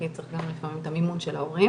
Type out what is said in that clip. כי צריך גם לפעמים את המימון של ההורים